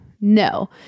No